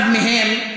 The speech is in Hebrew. אחד מהם,